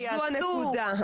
מה יעשו,